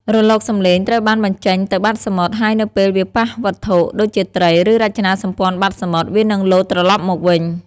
រលកសំឡេងត្រូវបានបញ្ចេញទៅបាតទឹក ហើយនៅពេលវាប៉ះវត្ថុ ដូចជាត្រី ឬរចនាសម្ព័ន្ធបាតសមុទ្រ វានឹងលោតត្រឡប់មកវិញ។